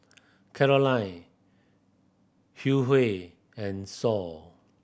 Caroline and Sol